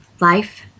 life